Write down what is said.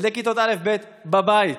ילדי כיתות א'-ב' בבית,